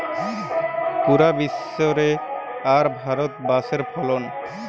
পুরা বিশ্ব রে আর ভারতে বাঁশের ফলন